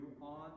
on